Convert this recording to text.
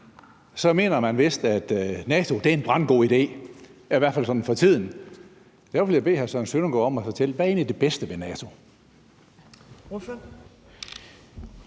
mener man vist, at NATO er en brandgod idé, i hvert fald sådan for tiden. Derfor vil jeg bede hr. Søren Søndergaard om at fortælle: Hvad er egentlig det bedste ved NATO?